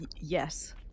Yes